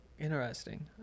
Interesting